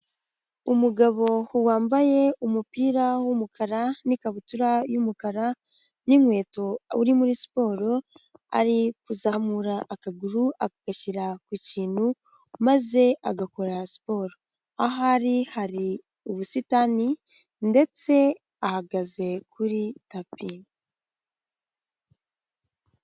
Umugabo wambaye umupira w'umukara n'ikabutura y'umukara n'inkweto, uri muri siporo, ari kuzamura akaguru agashyira ku kintu maze agakora siporo, aho ari hari ubusitani ndetse ahagaze kuri tapi.